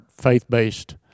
faith-based